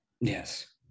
Yes